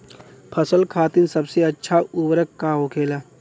फसल खातीन सबसे अच्छा उर्वरक का होखेला?